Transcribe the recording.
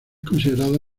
considerada